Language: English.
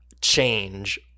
change